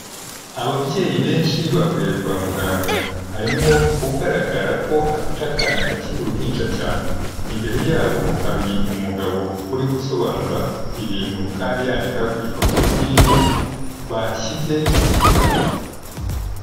Ababyeyi benshi baburiye kwa muganga, harimo ugaragara ko afite akana kakiri uruhinja cyane, imbere yabo hari umugabo uri gusobanura ibintu kandi yandika ku gipapuro kinini bashyize ku gikuta.